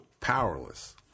powerless